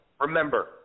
Remember